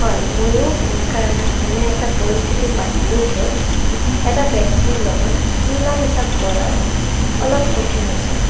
হয় ময়ো এনেকুৱা এনে এনে এটা পৰিস্থিতি পাইছিলোঁ য'ত এটা ব্যক্তিৰ লগত মিলা মিছা কৰাত অলপ কঠিন হৈছিল